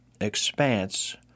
expanse